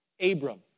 Abram